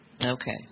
Okay